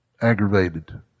aggravated